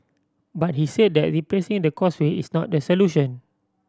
but he said that replacing the Causeway is not the solution